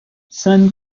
sun